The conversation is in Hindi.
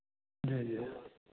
जी जी